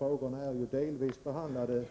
Frågorna är ju delvis behandlade